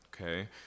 okay